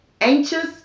anxious